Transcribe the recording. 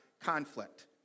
conflict